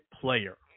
player